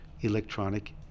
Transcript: electronic